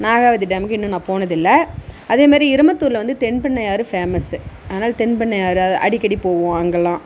நாகாவதி டேமுக்கு இன்னும் நான் போனதில்லை அதே மாதிரி இரும்புத்தூரில் வந்து தென் பண்ணையாறு ஃபேமஸு அதனாலே தென் பண்ணையாறு அடிக்கடி போவோம் அங்கெலாம்